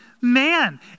man